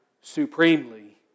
Supremely